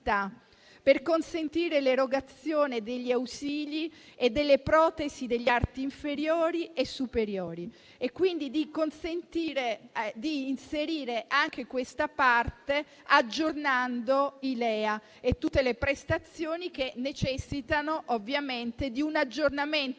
per consentire l'erogazione degli ausili e delle protesi degli arti inferiori e superiori: si chiede quindi di consentire di inserire anche questa parte, aggiornando i LEA e tutte le prestazioni che necessitano ovviamente di un aggiornamento